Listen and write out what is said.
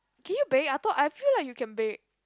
can you bake I thought I feel like you can bake